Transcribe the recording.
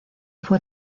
fue